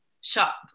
shop